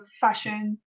fashion